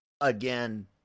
again